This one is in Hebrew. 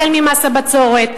החל ממס הבצורת,